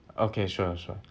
okay sure sure